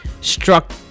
struck